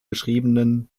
geschriebenen